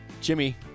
Jimmy